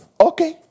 okay